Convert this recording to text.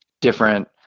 different